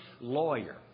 lawyer